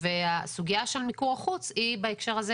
הסוגיה של מיקור החוץ בהקשר הזה